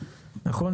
נכון?